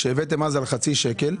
כשהבאתם אז על חצי שקל,